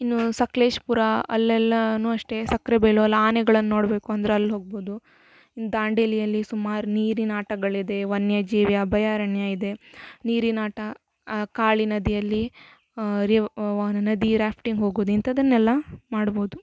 ಇನ್ನೂ ಸಕ್ಲೇಶ್ಪುರ ಅಲ್ಲೆಲ್ಲಾನೂ ಅಷ್ಟೇ ಸಕ್ಕರೆ ಬೈಲು ಅಲ್ಲಿ ಆನೆಗಳನ್ನು ನೋಡ್ಬೇಕಂದರೆ ಅಲ್ಲಿ ಹೋಗ್ಬೊದು ಇನ್ನು ದಾಂಡೇಲಿಯಲ್ಲಿ ಸುಮಾರು ನೀರಿನ ಆಟಗಳಿದೆ ವನ್ಯಜೀವಿ ಅಭಯಾರಣ್ಯ ಇದೆ ನೀರಿನ ಆಟ ಕಾಳಿ ನದಿಯಲ್ಲಿ ರಿವ್ ನದಿ ರಾಫ್ಟಿಂಗ್ ಹೋಗೋದು ಇಂಥದ್ದನ್ನೆಲ್ಲ ಮಾಡ್ಬೋದು